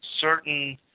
certain